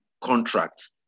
contract